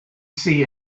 see